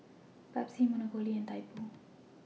Pepsi Monopoly and Typo